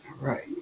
Right